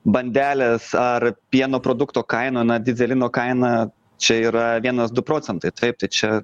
bandelės ar pieno produkto kaina na dyzelino kaina čia yra vienas du procentai taip tai čia